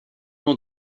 ans